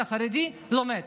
אתה חרדי לומד,